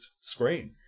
screen